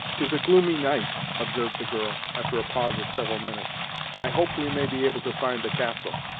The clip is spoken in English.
tis a gloomy night observed the girl, after a pause of several minutes i hope we may be able to find the castle.